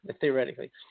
theoretically